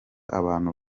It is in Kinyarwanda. abantu